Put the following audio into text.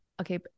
okay